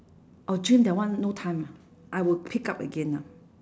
oh gym that one no time lah I will pick up again ah